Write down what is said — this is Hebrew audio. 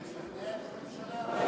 הוא ישכנע את הממשלה?